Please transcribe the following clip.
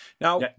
Now